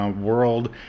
world